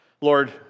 Lord